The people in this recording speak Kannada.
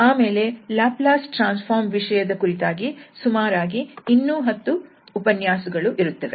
ಆಮೇಲೆ ಲಾಪ್ಲಸ್ ಟ್ರಾನ್ಸ್ ಫಾರ್ಮ್ ವಿಷಯದ ಕುರಿತು ಸುಮಾರಾಗಿ ಇನ್ನೂ 10 ಉಪನ್ಯಾಸಗಳು ಇರುತ್ತವೆ